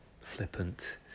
flippant